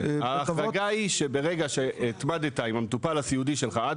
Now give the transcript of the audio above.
ההחרגה היא שברגע שהתמדת עם המטופל הסיעודי שלך עד